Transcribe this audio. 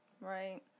Right